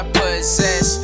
possess